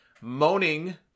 moaning